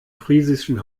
friesischen